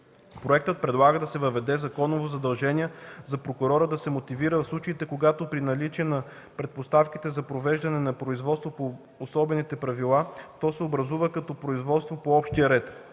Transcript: проектът предлага да се въведе законово задължение за прокурора да се мотивира в случаите, когато при наличие на предпоставките за провеждане на производството по особените правила, то се образува като производство по общия ред